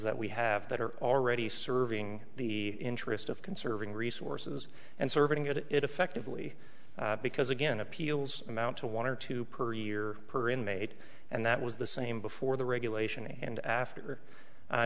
that we have that are already serving the interest of conserving resources and serving it effectively because again appeals amount to one or two per year per inmate and that was the same before the regulation and after